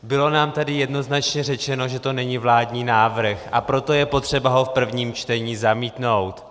Bylo nám tady jednoznačně řečeno, že to není vládní návrh, a proto je potřeba ho v prvním čtení zamítnout.